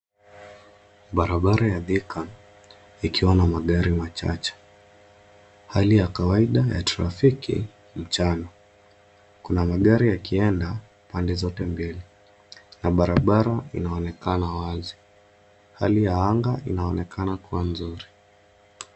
Barabara ya Thika ikiwa na magari machache. Hali ya kawaida ya trafiki mchana. Kuna magari yakieda pande zote mbili na barabara inaonekana wazi. Hali ya anga inaonekana kuwa nzuri.